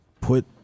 put